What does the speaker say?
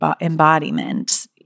embodiment